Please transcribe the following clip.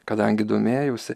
kadangi domėjausi